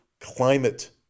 climate